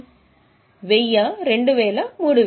2000 లేదా 3000 లేదా 1000